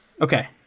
okay